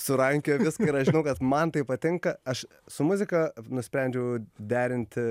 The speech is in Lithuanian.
surankioja viską ir aš žinau kad man tai patinka aš su muzika nusprendžiau derinti